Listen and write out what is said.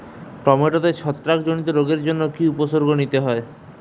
টমেটোতে ছত্রাক জনিত রোগের জন্য কি উপসর্গ নিতে হয়?